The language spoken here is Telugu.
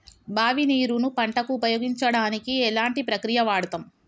బావి నీరు ను పంట కు ఉపయోగించడానికి ఎలాంటి ప్రక్రియ వాడుతం?